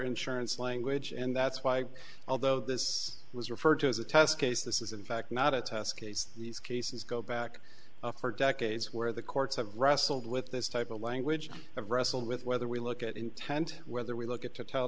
insurance language and that's why although this was referred to as a test case this is in fact not a test case these cases go back for decades where the courts have wrestled with this type of language have wrestled with whether we look at intent whether we look at to tell